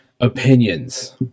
Opinions